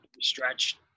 stretch